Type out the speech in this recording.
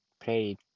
play